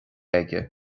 aige